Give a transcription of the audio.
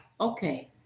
okay